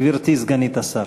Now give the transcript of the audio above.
גברתי סגנית השר.